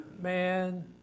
Man